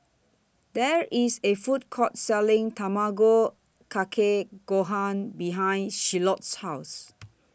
There IS A Food Court Selling Tamago Kake Gohan behind Shiloh's House